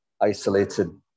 isolated